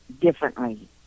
differently